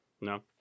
No